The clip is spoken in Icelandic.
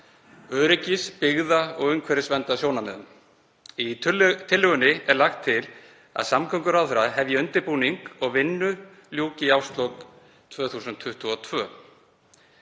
öryggis-, byggða- og umhverfisverndarsjónarmiðum. Í tillögunni er lagt til að samgönguráðherra hefji undirbúning og vinnu ljúki í árslok 2022.